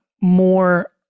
more